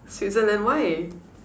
Switzerland why